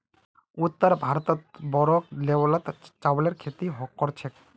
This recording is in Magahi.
उत्तर भारतत बोरो लेवलत चावलेर खेती कर छेक